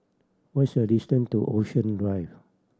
what's the distance to Ocean Drive